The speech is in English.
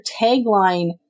tagline